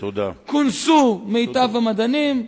כונסו מיטב המדענים,